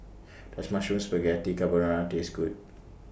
Does Mushroom Spaghetti Carbonara Taste Good